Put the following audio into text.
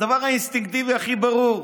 הדבר האינסטינקטיבי הכי ברור,